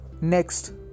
next